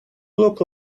look